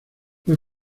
fue